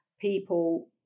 people